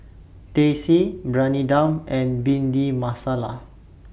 Teh C Briyani Dum and Bhindi Masala